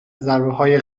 ضربههای